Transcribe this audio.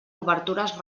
obertures